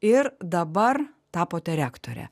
ir dabar tapote rektore